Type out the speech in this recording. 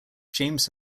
james